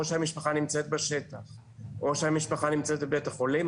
או שהמשפחה נמצאת בשטח או שהמשפחה נמצאת בבית החולים,